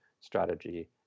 Strategy